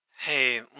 Hey